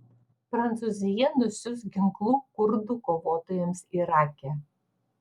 prancūzija nusiųs ginklų kurdų kovotojams irake